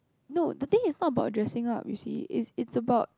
no the thing is not about dressing up you see it's it's about